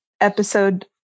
episode